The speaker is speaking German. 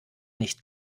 nicht